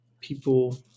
People